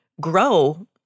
grow